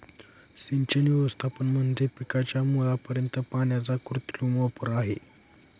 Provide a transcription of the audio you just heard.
सिंचन व्यवस्थापन म्हणजे पिकाच्या मुळापर्यंत पाण्याचा कृत्रिम वापर आहे